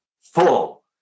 full